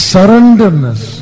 Surrenderness